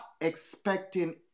expecting